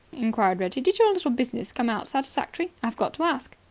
inquired reggie, did your little business come out satisfactorily? i forgot to ask.